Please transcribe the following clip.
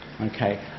okay